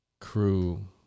crew